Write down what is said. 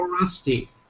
rusty